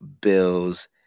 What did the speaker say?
Bills